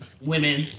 women